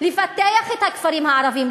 לפתח את הכפרים הערביים.